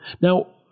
Now